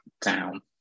down